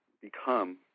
become